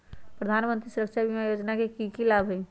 प्रधानमंत्री सुरक्षा बीमा योजना के की लाभ हई?